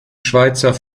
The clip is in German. schweizer